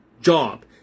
job